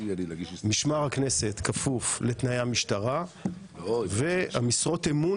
משמר הכנסת כפוף לתנאי המשטרה והמשרות אמון